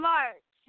March